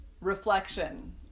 reflection